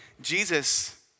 Jesus